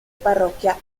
parroquia